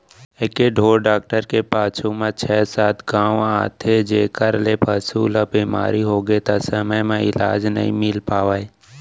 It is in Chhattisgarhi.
एके ढोर डॉक्टर के पाछू म छै सात गॉंव आथे जेकर ले पसु ल बेमारी होगे त समे म इलाज नइ मिल पावय